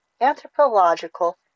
anthropological